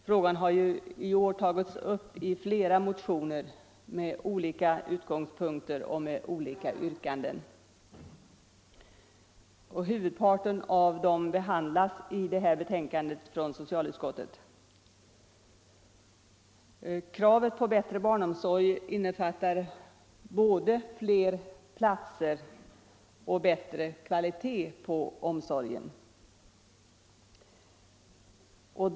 Frågan har också från olika utgångspunkter tagits upp i ett antal motioner med Kravet på bättre barnomsorg innefattar både fler platser och bättre kvalitet på omsorgen.